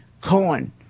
cohen